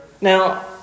Now